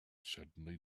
suddenly